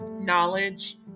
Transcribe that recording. knowledge